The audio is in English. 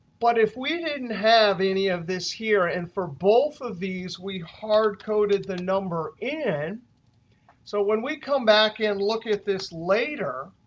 but if we didn't have any of this here, and for both of these we hard-coded the number in so when we come back and look at this later,